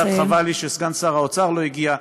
קצת חבל לי שסגן שר האוצר לא הגיע,